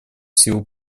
силу